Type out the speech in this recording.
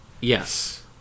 Yes